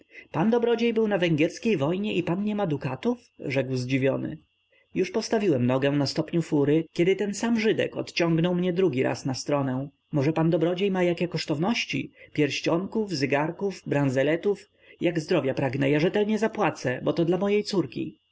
pan dobrodziej był na węgierskie wojne i pan nie ma dukatów rzekł zdziwiony już postawiłem nogę na stopniu fury kiedy ten sam żydek odciągnął mnie drugi raz na stronę może pan dobrodziej ma jakie kosztowności pierścionków zygarków branzeletów jak zdrowia pragnę ja rzetelnie zapłacę bo to dla mojej córki